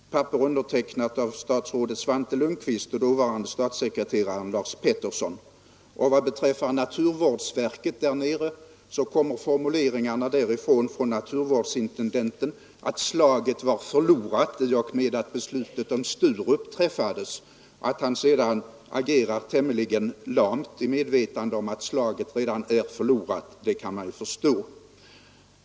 Papperen är undertecknade av statsrådet Svante Lundkvist och dåvarande statssekreteraren Lars Peterson. Vad beträffar länsstyrelsens naturvårdssektion så förklarade naturvårdskonsulenten att slaget var förlorat i och med att beslutet om Sturup träffades. Att han med den uppfattningen sedan har agerat tämligen lamt, kan man ju förstå.